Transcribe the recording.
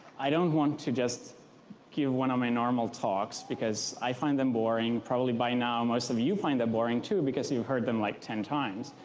i don't want to just give one of my normal talks, because i find them boring, probably by now most of you find them boring too because you've heard them like ten times.